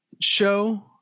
show